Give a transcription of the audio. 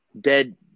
dead